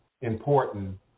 important